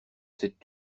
cette